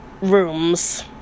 rooms